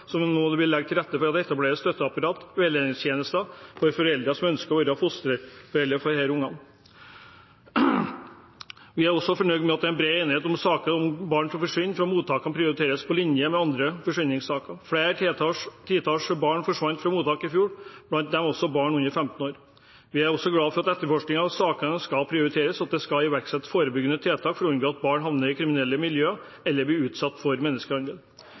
nå å legge til rette for at det etableres støtteapparat/veiledningstjenester for dem som ønsker å være fosterforeldre for disse ungene. Vi er også fornøyd med at det er bred enighet om at saker hvor barn forsvinner fra mottakene, prioriteres på linje med andre forsvinningssaker. Flere titalls barn forsvant fra mottak i fjor, blant dem også barn under 15 år. Vi er også glad for at etterforskning av sakene skal prioriteres, og at det skal iverksettes forebyggende tiltak for å unngå at barn havner i kriminelle miljøer eller blir utsatt for menneskehandel.